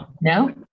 No